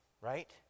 right